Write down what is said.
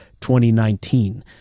2019